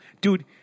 Dude